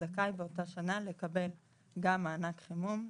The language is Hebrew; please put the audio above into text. זכאי באותה שנה לקבל גם מענק חימום.